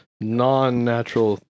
non-natural